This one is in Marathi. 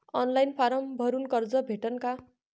ऑनलाईन फारम भरून कर्ज भेटन का?